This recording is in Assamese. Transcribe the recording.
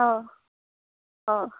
অঁ অঁ